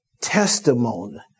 testimony